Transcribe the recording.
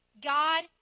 God